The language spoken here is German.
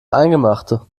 eingemachte